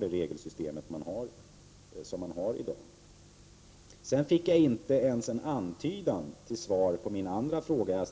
det regelsystem som finns i dag. Jag fick inte ens en antydan till svar på min andra fråga.